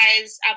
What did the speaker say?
guys